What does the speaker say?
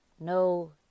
no